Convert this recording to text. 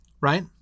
right